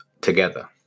together